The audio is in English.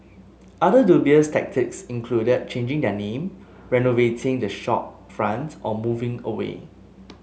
other dubious tactics included changing their name renovating the shopfront or moving away